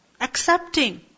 accepting